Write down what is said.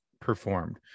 performed